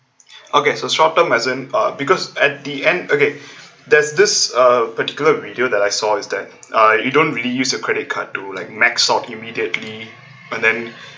okay so short term as in uh because at the end okay there's this uh particular video that I saw is that uh you don't really use a credit card to like max out immediately but then